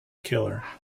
killer